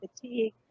fatigue